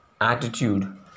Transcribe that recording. attitude